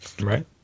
Right